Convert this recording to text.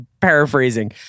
paraphrasing